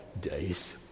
days